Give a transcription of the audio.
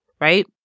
right